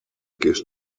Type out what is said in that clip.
kinst